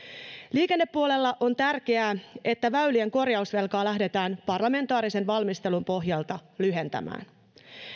liikennepuolella on tärkeää että väylien korjausvelkaa lähdetään parlamentaarisen valmistelun pohjalta lyhentämään